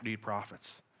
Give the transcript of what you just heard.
prophets